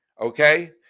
okay